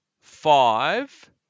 five